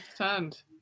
understand